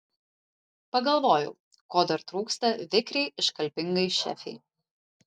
pagalvojau ko dar trūksta vikriai iškalbingai šefei